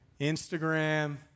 Instagram